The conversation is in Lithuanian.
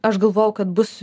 aš galvojau kad bus